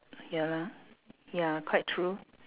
ya lah ya quite true